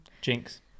Jinx